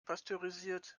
pasteurisiert